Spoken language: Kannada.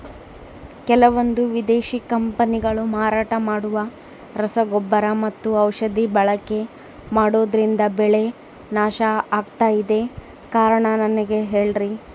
ಕೆಲವಂದು ವಿದೇಶಿ ಕಂಪನಿಗಳು ಮಾರಾಟ ಮಾಡುವ ರಸಗೊಬ್ಬರ ಮತ್ತು ಔಷಧಿ ಬಳಕೆ ಮಾಡೋದ್ರಿಂದ ಬೆಳೆ ನಾಶ ಆಗ್ತಾಇದೆ? ಕಾರಣ ನನಗೆ ಹೇಳ್ರಿ?